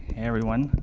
everyone.